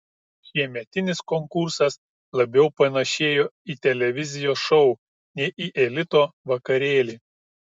šiemetinis konkursas labiau panašėjo į televizijos šou nei į elito vakarėlį